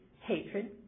hatred